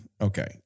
okay